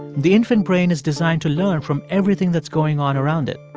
the infant brain is designed to learn from everything that's going on around it.